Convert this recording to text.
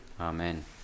Amen